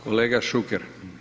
Kolega Šuker.